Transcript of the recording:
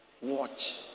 watch